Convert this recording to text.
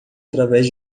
através